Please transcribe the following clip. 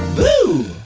boo!